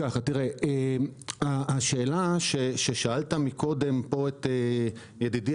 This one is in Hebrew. לגבי השאלה ששאלת מקודם את ידידי